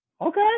Okay